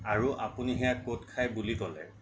আৰু আপুনি সেইয়া ক'ত খায় বুলি ক'লে